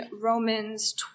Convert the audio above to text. Romans